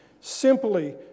Simply